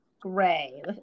gray